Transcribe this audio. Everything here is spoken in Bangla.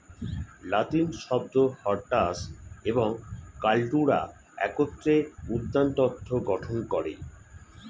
লাতিন শব্দ হরটাস এবং কাল্টুরা একত্রে উদ্যানতত্ত্ব গঠন করে